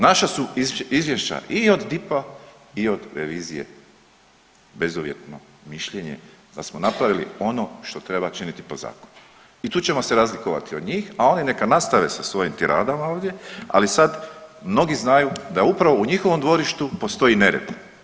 Naša su izvješća i od DIP-a i od revizije bezuvjetno mišljenje da smo napravili ono što treba činiti po zakonu i tu ćemo se razlikovati od njih, a oni neka nastave sa svojim tiradama ovdje, ali sad mnogi znaju da upravo u njihovom dvorištu postoji nered.